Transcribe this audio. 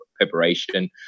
preparation